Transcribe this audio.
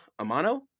Amano